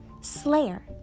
slayer